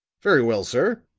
very well, sir.